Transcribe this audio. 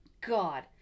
God